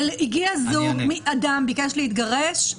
אבל אדם ביקש להתגרש,